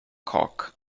cock